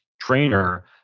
trainer